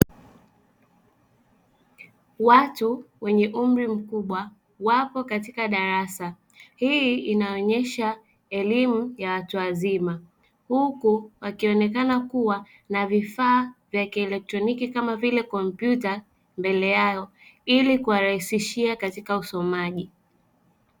Watu wenye umri mkubwa wapo katika darasa, hii inaonyesha elimu ya watu wazima huku wakionekana kuwa na vifaa vya kielektroniki kama vile kompyuta mbele yao ili kuwarahisishia katika usomaji.